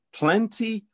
plenty